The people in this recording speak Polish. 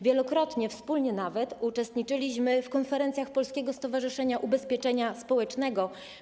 Wielokrotnie, nawet wspólnie, uczestniczyliśmy w konferencjach Polskiego Stowarzyszenia Ubezpieczenia Społecznego.